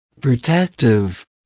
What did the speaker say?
protective